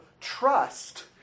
trust